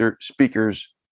speakers